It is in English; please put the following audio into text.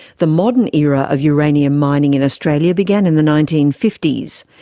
the modern era of uranium mining in australia began in the nineteen fifty s.